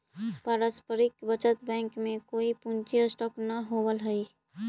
पारस्परिक बचत बैंक में कोई पूंजी स्टॉक न होवऽ हई